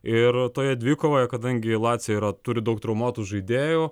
ir toje dvikovoje kadangi lcaija yra turi daug traumuotų žaidėjų